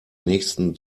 nächsten